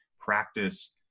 practice